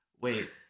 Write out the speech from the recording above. wait